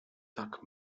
tak